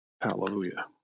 Hallelujah